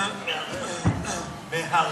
להרהר.